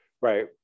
Right